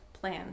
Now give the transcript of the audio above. plan